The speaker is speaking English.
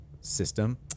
system